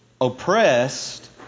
oppressed